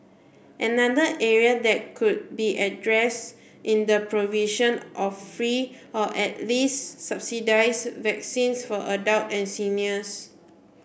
another area that could be addressed is the provision of free or at least subsidised vaccines for adults and seniors